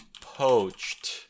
poached